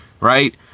right